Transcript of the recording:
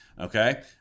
Okay